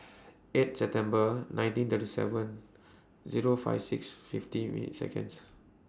eight September nineteen thirty seven Zero five six fifteen minutes Seconds